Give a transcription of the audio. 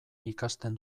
ikasten